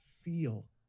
feel